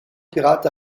pirate